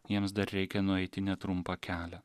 jiems dar reikia nueiti netrumpą kelią